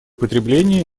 потребления